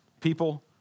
People